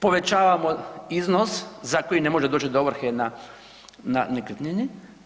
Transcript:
Povećavamo iznos za koji ne može doći do ovrhe na nekretnini.